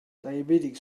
diabetics